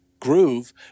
groove